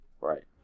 Right